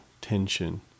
tension